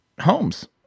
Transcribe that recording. homes